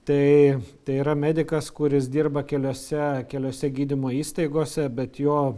tai tai yra medikas kuris dirba keliose keliose gydymo įstaigose bet jo